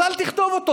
אז אל תכתבו אותו.